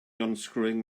unscrewing